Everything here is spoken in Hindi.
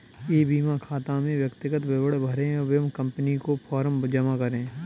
ई बीमा खाता में व्यक्तिगत विवरण भरें व कंपनी को फॉर्म जमा करें